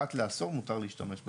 אחת לעשור מותר להשתמש.